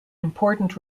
important